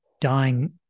dying